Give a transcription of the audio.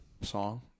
song